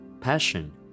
passion